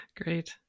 great